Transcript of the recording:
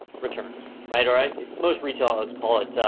returns, right? all right, most retail outlets call it